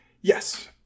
Yes